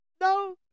No